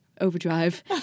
overdrive